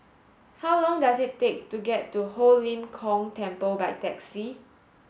how long does it take to get to Ho Lim Kong Temple by taxi